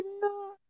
No